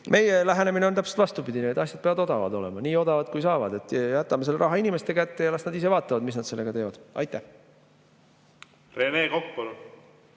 Meie lähenemine on täpselt vastupidine: asjad peavad odavad olema, nii odavad kui saavad. Jätame selle raha inimeste kätte ja las nad ise vaatavad, mis nad sellega teevad. Tänan, austatud